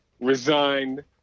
resigned